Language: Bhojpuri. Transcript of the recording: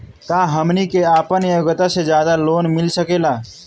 का हमनी के आपन योग्यता से ज्यादा लोन मिल सकेला?